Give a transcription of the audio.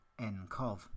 NCOV